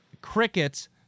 crickets